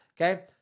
Okay